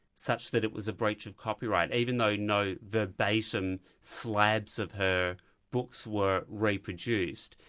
such that it was a breach of copyright, even though no verbatim slabs of her books were reproduced,